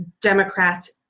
Democrats